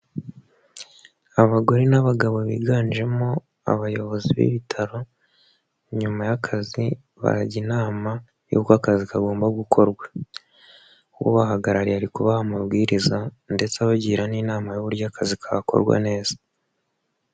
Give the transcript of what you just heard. Abagore n'abagabo biganjemo abayobozi b'ibitaro nyuma y'akazi barajya inama yuko akazi kagomba gukorwa. Ubahagarariye ari kubaha amabwiriza ndetse abagira n'inama y'uburyo akazi kakorwa neza.